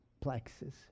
plexus